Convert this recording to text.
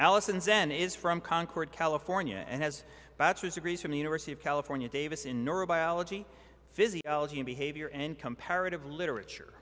alison's n is from concord california and has bachelor's degrees from the university of california davis in neurobiology physiology and behavior in comparative literature